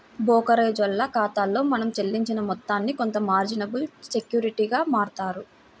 బోకరేజోల్ల ఖాతాలో మనం చెల్లించిన మొత్తాన్ని కొంత మార్జినబుల్ సెక్యూరిటీలుగా మారుత్తారు